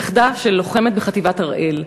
נכדה של לוחמת בחטיבת הראל,